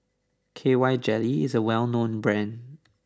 K Y Jelly is a well known brand